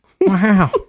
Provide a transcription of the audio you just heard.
Wow